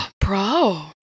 Bro